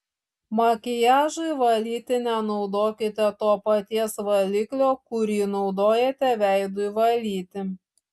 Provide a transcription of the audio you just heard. makiažui valyti nenaudokite to paties valiklio kurį naudojate veidui valyti